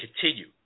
continue